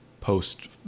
post